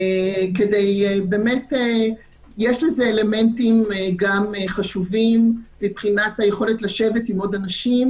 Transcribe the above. יש לזה אלמנטים חשובים מבחינת היכולת לשבת עם עוד אנשים